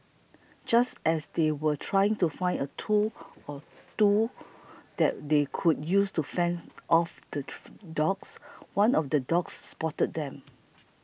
just as they were trying to find a tool or two that they could use to fends off the dogs one of the dogs spotted them